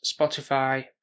spotify